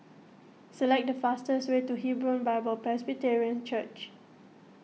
select the fastest way to Hebron Bible Presbyterian Church